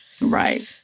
Right